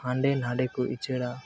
ᱦᱟᱸᱰᱮᱼᱱᱷᱟᱰᱮ ᱠᱚ ᱩᱪᱟᱹᱲᱟ